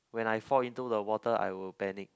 when I fall into the water I will panic